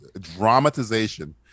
dramatization